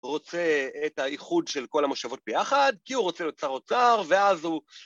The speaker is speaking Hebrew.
רוצה את האיחוד של כל המושבות ביחד, כי הוא רוצה להיות שר אוצר, ואז הוא...